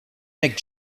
neck